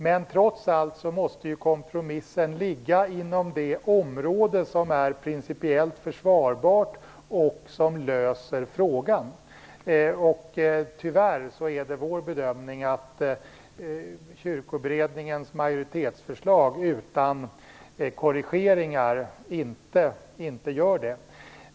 Men trots allt måste en kompromiss ligga inom det område som är principiellt försvarbart och där frågan löses. Det är, tyvärr, vår bedömning att Kyrkoberedningens majoritetsförslag utan korrigeringar inte gör det.